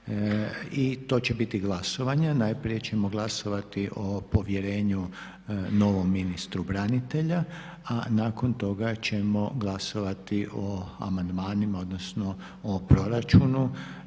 I to će biti glasovanje. Najprije ćemo glasovati o povjerenju novom ministru branitelja, a nakon toga ćemo glasovati o amandmanima odnosno o proračunu